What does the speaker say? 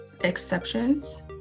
exceptions